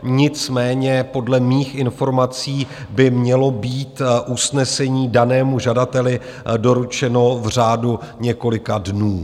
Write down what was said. Nicméně podle mých informací by mělo být usnesení danému žadateli doručeno v řádu několika dnů.